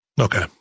Okay